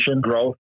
growth